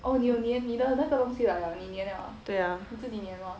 对呀